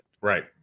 Right